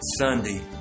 Sunday